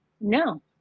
No